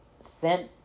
sent